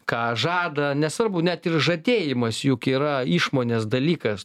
ką žada nesvarbu net ir žadėjimas juk yra išmonės dalykas